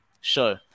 show